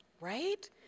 Right